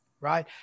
right